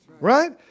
right